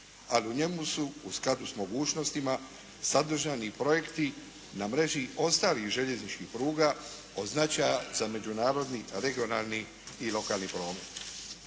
Ali u njemu su u skladu s mogućnostima sadržani projekti na mreži ostalih željezničkih pruga od značaja za međunarodni regionalni i lokalni promet.